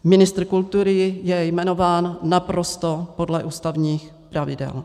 Ministr kultury je jmenován naprosto podle ústavních pravidel.